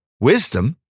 Wisdom